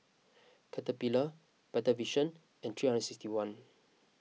Caterpillar Better Vision and three hundred sixty one